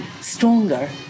stronger